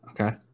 okay